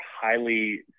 highly